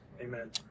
Amen